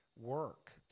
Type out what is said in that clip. work